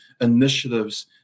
initiatives